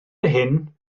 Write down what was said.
hyn